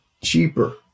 cheaper